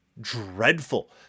dreadful